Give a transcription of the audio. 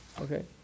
Okay